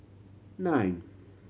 nine